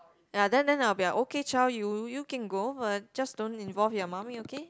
ya then then I'll be like okay child you you can go uh just don't involve your mummy okay